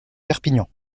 perpignan